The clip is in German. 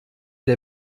der